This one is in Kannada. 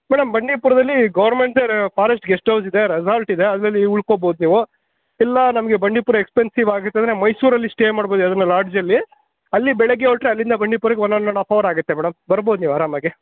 ಮೇಡಮ್ ಬಂಡೀಪುರದಲ್ಲಿ ಗೌರ್ಮೆಂಟ್ದೆ ಫಾರೆಸ್ಟ್ ಗೆಸ್ಟ್ ಹೌಸ್ ಇದೆ ರೆಸಾರ್ಟ್ ಇದೆ ಅದರಲ್ಲಿ ಉಳ್ಕೋಬೋದು ನೀವು ಇಲ್ಲ ನಮಗೆ ಬಂಡೀಪುರ ಎಕ್ಸ್ಪೆನ್ಸೀವ್ ಆಗುತ್ತೆ ಅಂದರೆ ಮೈಸೂರಲ್ಲಿ ಸ್ಟೇ ಮಾಡ್ಬೋದು ಯಾವ್ದಾನಾ ಲಾಡ್ಜಲ್ಲಿ ಅಲ್ಲಿ ಬೆಳಗ್ಗೆ ಹೊರಟರೆ ಅಲ್ಲಿಂದ ಬಂಡೀಪುರಕ್ಕೆ one one and half hour ಆಗುತ್ತೆ ಮೇಡಮ್ ಬರ್ಬೋದು ನೀವು ಆರಾಮಾಗಿ